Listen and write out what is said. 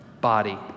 body